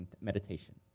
meditation